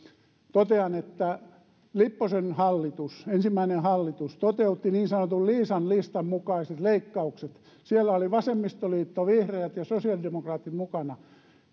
totean että lipposen ensimmäinen hallitus toteutti niin sanotun liisan listan mukaiset leikkaukset siellä olivat vasemmistoliitto vihreät ja sosiaalidemokraatit mukana